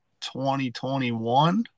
2021